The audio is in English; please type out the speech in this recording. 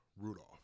Rudolph